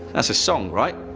that's a song right.